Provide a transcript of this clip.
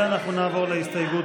אנחנו נעבור להסתייגות